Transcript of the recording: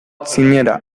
txinera